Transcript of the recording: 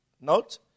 Note